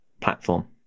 platform